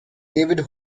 david